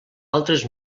altres